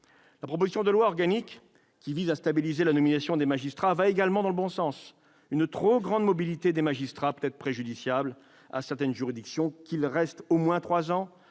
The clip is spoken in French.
La proposition de loi organique, qui vise à stabiliser la nomination des magistrats, va également dans le bon sens. Une trop grande mobilité des magistrats peut être préjudiciable à certaines juridictions. Qu'ils restent au moins trois ans